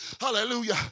hallelujah